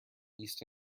east